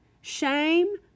Shame